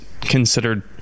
considered